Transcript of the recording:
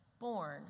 Born